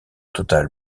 total